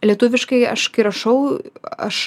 lietuviškai aš kai rašau aš